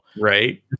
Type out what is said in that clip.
right